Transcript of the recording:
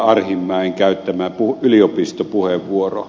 arhinmäen käyttämä yliopistopuheenvuoro